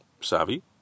savvy